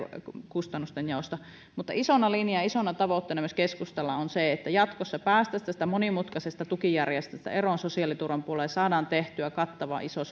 kustannustenjaosta mutta isona linjana ja isona tavoitteena myös keskustalla on se että jatkossa päästäisiin tästä monimutkaisesta tukijärjestelmästä eroon sosiaaliturvan puolella ja saadaan tehtyä kattava iso